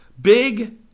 big